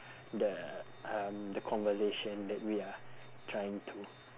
the um the conversation that we are trying to